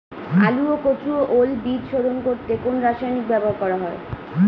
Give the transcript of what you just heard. আলু ও কচু ও ওল বীজ শোধন করতে কোন রাসায়নিক ব্যবহার করা হয়?